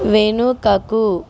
వెనుకకు